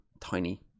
tiny